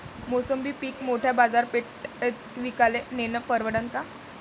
मोसंबी पीक मोठ्या बाजारपेठेत विकाले नेनं परवडन का?